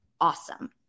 awesome